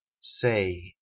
say